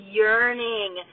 yearning